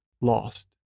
lost